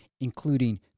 including